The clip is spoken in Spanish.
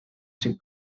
sin